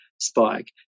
spike